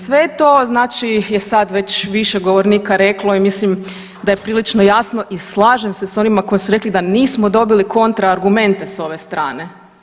Sve je to znači sad već više govornika reklo i mislim da je prilično jasno i slažem se s onima koji su rekli da nismo dobili kontra argumente s ove strane.